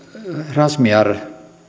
razmyar